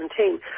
2017